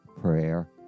prayer